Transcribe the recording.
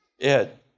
Ed